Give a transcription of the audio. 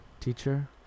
Teacher